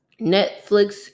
Netflix